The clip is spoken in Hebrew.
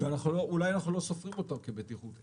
ואולי אנחנו לא סופרים אותם כבטיחות.